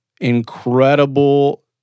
incredible